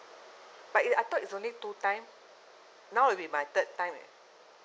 but it I thought it's only two time now will be my third time